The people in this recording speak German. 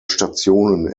stationen